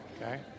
Okay